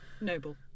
noble